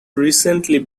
recently